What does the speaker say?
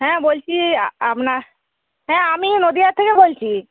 হ্যাঁ বলছি আপনার হ্যাঁ আমি নদিয়ার থেকে বলছি